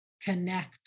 connect